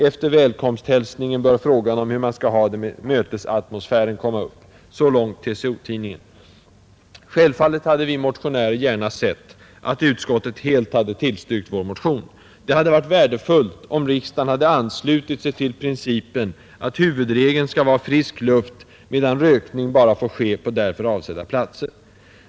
Efter välkomsthälsningen bör frågan om hur man skall ha det med mötesatmosfären komma upp.” Så långt TCO-tidningen. Självfallet hade vi motionärer gärna sett att utskottet helt hade tillstyrkt vår motion. Det hade varit värdefullt om riksdagen hade anslutit sig till principen att huvudregeln skall vara frisk luft, medan rökning bara får ske på därför avsedda platser.